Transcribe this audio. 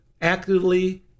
actively